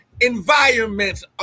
environments